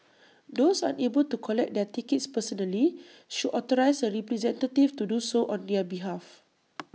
those unable to collect their tickets personally should authorise A representative to do so on their behalf